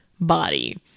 body